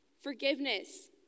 Forgiveness